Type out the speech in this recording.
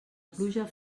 pluja